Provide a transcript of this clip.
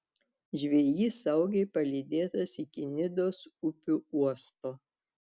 žvejys saugiai palydėtas iki nidos upių uosto